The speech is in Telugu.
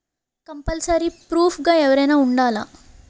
కంపల్సరీ ప్రూఫ్ గా ఎవరైనా ఉండాలా?